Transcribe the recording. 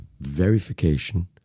verification